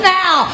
now